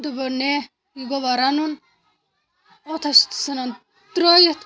دوٚپُن ہے یہِ گوٚوا رَنُن اوٚتھ ہا چھِ ژھٕنان ترٲیِتھ